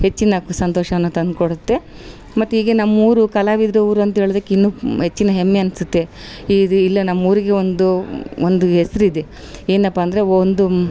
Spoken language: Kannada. ಹೆಚ್ಚಿನಕು ಸಂತೋಷನು ತಂದುಕೊಡುತ್ತೆ ಮತ್ತು ಈಗ ನಮ್ಮೂರು ಕಲಾವಿದ್ರ ಊರು ಅಂತ ಹೇಳೋದಿಕ್ಕೆ ಇನ್ನು ಹೆಚ್ಚಿನ ಹೆಮ್ಮೆ ಅನಿಸುತ್ತೆ ಇದು ಇಲ್ಲೇ ನಮ್ಮೂರಿಗೆ ಒಂದು ಒಂದು ಹೆಸ್ರಿದೆ ಏನಪ್ಪಾ ಅಂದರೆ ಒಂದು